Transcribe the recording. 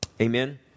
Amen